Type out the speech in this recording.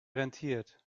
rentiert